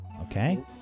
okay